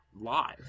live